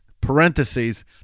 parentheses